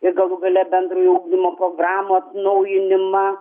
ir galų gale bendrojo ugdymo programų atnaujinimą